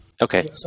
Okay